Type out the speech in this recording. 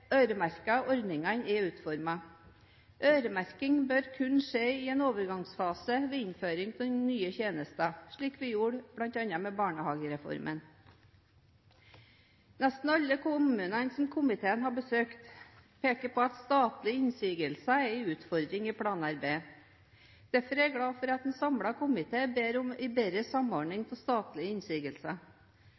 øremerkede ordningene er utformet. Øremerking bør kun skje i en overgangsfase ved innføring av nye tjenester, slik vi bl.a. gjorde med barnehagereformen. Nesten alle kommunene som komiteen har besøkt, peker på at statlige innsigelser er en utfordring i planarbeidet. Derfor er jeg glad for at en samlet komité ber om en bedre samordning for statlige innsigelser.